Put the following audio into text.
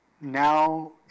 now